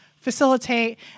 facilitate